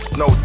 no